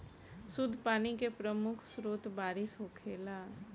शुद्ध पानी के प्रमुख स्रोत बारिश होखेला